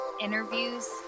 interviews